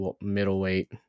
middleweight